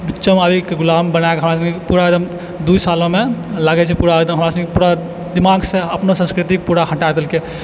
सब आदमीके गुलाम बनाके हमरा सबके पुरा एकदम दुइ सालोमे लागै छै पुरा एहिमे हमरा सबके दिमाग से अपना संस्कृतिके पुरा हटा देलकै